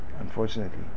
unfortunately